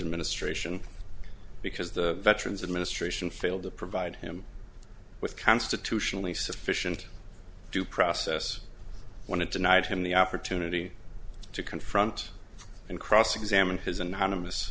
administration because the veterans administration failed to provide him with constitutionally sufficient due process when it denied him the opportunity to confront and cross examine his anonymous